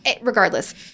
Regardless